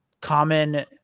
common